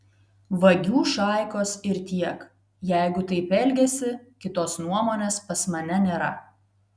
vagių šaikos ir tiek jeigu taip elgiasi kitos nuomonės pas mane nėra